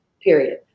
period